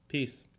Peace